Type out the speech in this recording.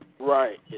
Right